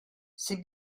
c’est